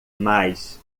mais